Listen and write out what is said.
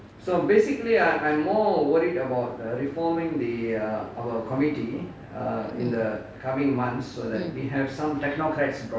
mm mm